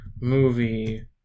movie